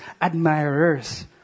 admirers